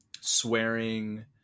swearing